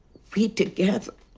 we, together,